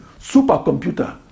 supercomputer